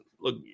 look